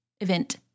event